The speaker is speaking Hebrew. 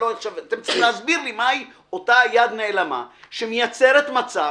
עכשיו אתם צריכים להסביר לי מהי אותה יד נעלמה שמייצרת מצב